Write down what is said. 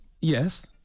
Yes